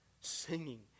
singing